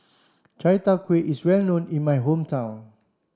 Chai Tow Kway is well known in my hometown